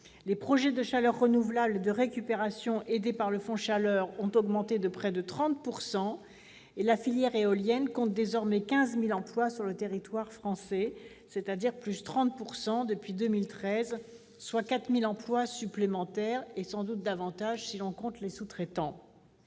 les projets de chaleur renouvelable et de récupération aidés par le Fonds chaleur ont augmenté de près de 30 %; la filière éolienne compte désormais 15 000 emplois sur le territoire français, soit une augmentation de 30 % depuis 2013, ce qui correspond à 4 000 emplois supplémentaires, et sans doute davantage si l'on compte les sous-traitants.